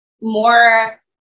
more